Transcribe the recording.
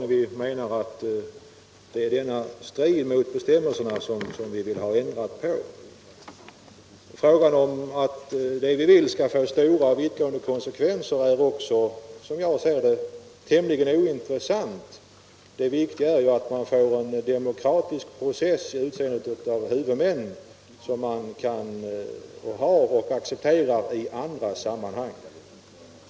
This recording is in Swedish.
Frågan huruvida ett genomförande av vårt förslag skulle få stora och 101 vittgående konsekvenser är också, som jag ser det, tämligen ointressant; det viktiga är ju att man vid utseendet av huvudmän får en demokratisk process som man redan har i andra sammanhang.